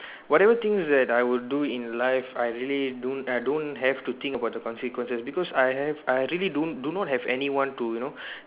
whatever things that I would do in life I really don't I don't have to think about the consequences because I have I really don't do not have anyone to you know